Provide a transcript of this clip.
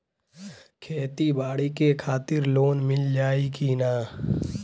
खेती बाडी के खातिर लोन मिल जाई किना?